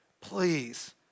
please